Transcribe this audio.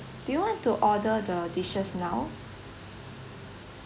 do you want to order the dishes now